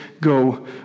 go